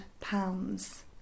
pounds